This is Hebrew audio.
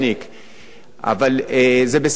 עד כמה שאני יודע,